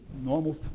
normal